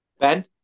Ben